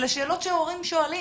אלה שאלות שהורים שואלים.